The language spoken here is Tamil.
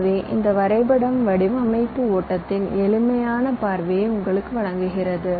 எனவே இந்த வரைபடம் வடிவமைப்பு ஓட்டத்தின் எளிமையான பார்வையை உங்களுக்கு வழங்குகிறது